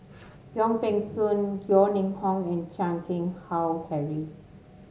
Yong Peng Soon Yeo Ning Hong and Chan Keng Howe Harry